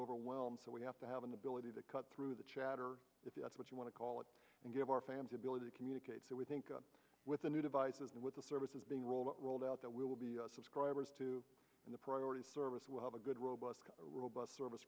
overwhelmed so we have to have an ability to cut through the chatter if that's what you want to call it and give our fans ability to communicate so we think up with the new devices and with the services being rolled rolled out that we will be subscribers to the priority service will have a good robust robust service